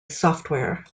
software